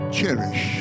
cherish